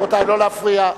רבותי, לא להפריע.